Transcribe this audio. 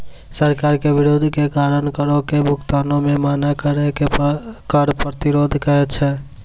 सरकार के विरोध के कारण करो के भुगतानो से मना करै के कर प्रतिरोध कहै छै